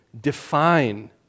define